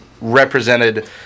represented